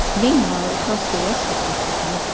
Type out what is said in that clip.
meanwhile across the rest of africa,